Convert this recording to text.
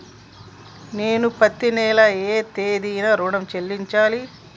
నేను పత్తి నెల ఏ తేదీనా ఋణం చెల్లించాలి?